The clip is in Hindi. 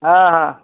हाँ हाँ